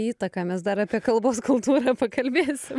įtaką mes dar apie kalbos kultūrą pakalbėsi